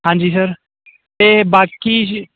ਹਾਂਜੀ ਸਰ ਤੇ ਬਾਕੀ